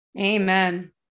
amen